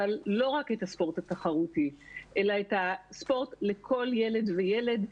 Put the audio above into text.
אבל לא רק את הספורט התחרותי אלא את הספורט לכל ילד וילד,